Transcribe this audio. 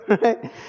right